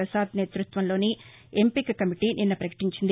ప్రసాద్ నేతృత్వంలోని ఎంపిక కమిటీ నిన్న పకటించింది